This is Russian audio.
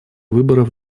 выборов